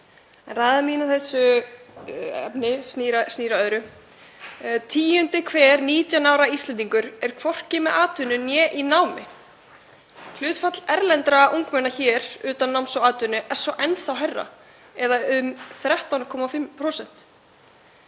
Ræða mín í þessu efni snýr að öðru. Tíundi hver 19 ára Íslendingur er hvorki með atvinnu né í námi. Hlutfall erlendra ungmenna hér utan náms og atvinnu er svo enn þá hærra eða um 13,5%.